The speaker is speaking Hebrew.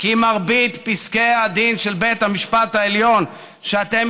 כי מרבית פסקי הדין של בית המשפט העליון שאתם